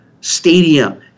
stadium